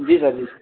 जी sir जी